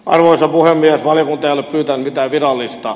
arvoisa puhemiesvaalia mutta mitään mitään virallista